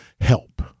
help